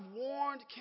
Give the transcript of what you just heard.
warned